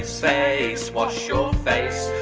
face, wash your face.